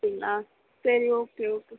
அப்படிங்களா சரி okay okay